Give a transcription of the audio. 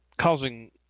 causing